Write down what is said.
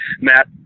Matt